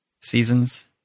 seasons